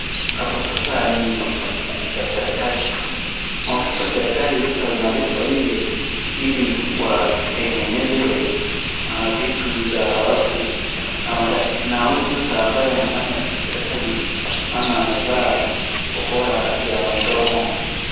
Hapo sasa ni ofisi ya serikali. Maofisi ya serikali sasa inaletwa nje ili watengeneze mavitu za watu, na huyu sasa ambaye anafanya ofisi ya serikali, naona amevaa kobora ya mdomo.